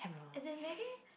as in maybe